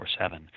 24-7